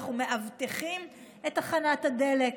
אנחנו מאבטחים את תחנת הדלק.